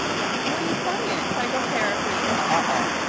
yeah what are you studying? psychotherapy. ah